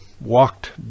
walked